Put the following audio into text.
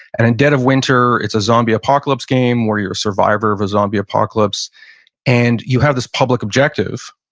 and in dead of winter, it's a zombie apocalypse game where you're a survivor of a zombie apocalypse and you have this public objective,